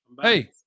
Hey